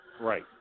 Right